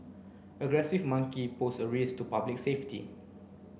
aggressive monkey pose a risk to public safety